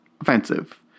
offensive